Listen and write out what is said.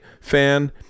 fan